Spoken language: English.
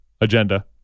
Agenda